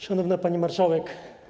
Szanowna Pani Marszałek!